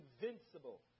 invincible